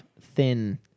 thin